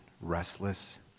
restless